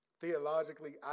theologically